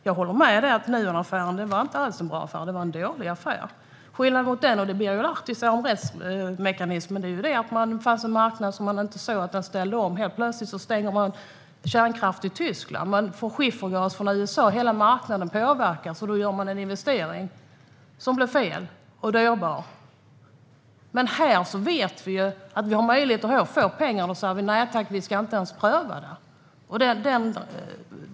Jag håller med om att Nuonaffären inte alls var en bra affär. Det var en dålig affär. Skillnaden när det gäller det som Birger Lahti tar upp om rättsmekanismen är att det fanns en marknad, och man såg inte att den ställde om. Helt plötsligt stänger de kärnkraft i Tyskland. De får skiffergas från USA. Hela marknaden påverkas. Då gör man en investering som blir fel och dyrbar. Här vet vi att vi har möjligheter att få pengar. Då säger vi: Nej tack, vi ska inte ens pröva det.